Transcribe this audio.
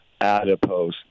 adipose